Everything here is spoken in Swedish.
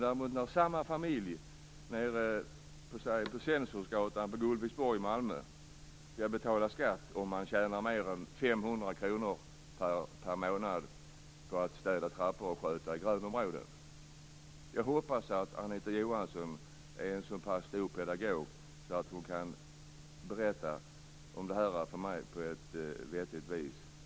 Däremot skall samma familj på Celsiusgatan på Gullviksborg i Malmö betala skatt om man tjänar mer än 500 kr per månad på att städa trappor och sköta grönområden. Jag hoppas att Anita Johansson är en så pass god pedagog att hon kan berätta om det här för mig på ett vettigt vis.